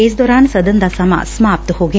ਇਸ ਦੌਰਾਨ ਸਦਨ ਦਾ ਸਮਾਂ ਸਮਾਪਤ ਹੋ ਗਿਆ